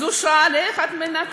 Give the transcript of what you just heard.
אז הוא שאל: איך את מנקה?